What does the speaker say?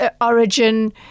origin